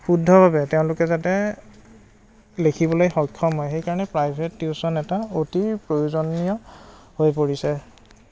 শুদ্ধভাৱে তেওঁলোকে যাতে লিখিবলৈ সক্ষম হয় সেইকাৰণে প্ৰাইভেট টিউশ্যন এটা অতি প্ৰয়োজনীয় হৈ পৰিছে